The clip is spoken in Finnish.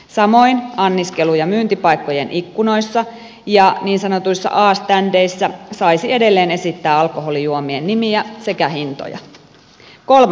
samoin anniskelu ja myyntipaikkojen ikkunoissa ja niin sanotuissa a ständeissä saisi edelleen esittää alkoholijuomien nimiä sekä hintoja